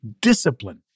discipline